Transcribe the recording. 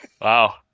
wow